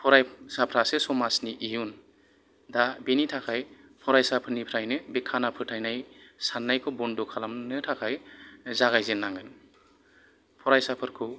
फरायसाफ्रासो समाजनि इउन दा बेनि थाखाय फरायसाफोरनि फ्रायनो बे खाना फोथायनाय साननायखौ बन्द' खालामनो थाखाय जागायजेननांगोन फरायसाफोरखौ